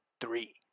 three